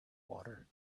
water